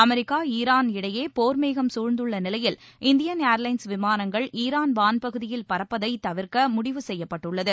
America Iran இடையே போர் மேகம் சூழ்ந்துள்ள நிலையில் இந்தியன் ஏர்லைன்ஸ் விமானங்கள் ஈரான் வான்பகுதியில் பறப்பதை தவிர்க்க முடிவு செய்யப்பட்டுள்ளது